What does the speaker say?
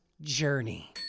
journey